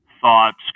thoughts